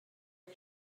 you